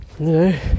No